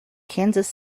kansas